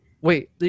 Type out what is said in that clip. wait